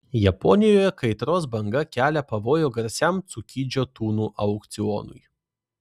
japonijoje kaitros banga kelia pavojų garsiam cukidžio tunų aukcionui